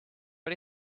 but